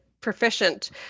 proficient